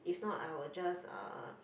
if not I will just uh